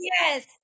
Yes